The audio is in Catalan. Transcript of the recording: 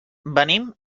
venim